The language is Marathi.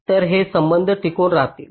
तर हे संबंध टिकून राहतील